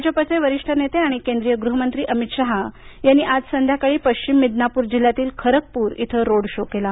भाजपाचे वरिष्ठ नेते आणि केंद्रीय गृहमंत्री अमित शहा यांनी आज संध्याकाळी पश्चिम मिदनापूर जिल्ह्यातील खरगपूर इथं रोड शो केला